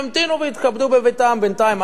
אז שיתכבדו וימתינו בינתיים בביתם,